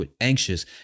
anxious